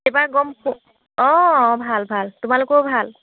এইবাৰ গম অঁ ভাল ভাল তোমালোকৰ ভাল